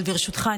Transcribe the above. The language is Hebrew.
אבל ברשותך,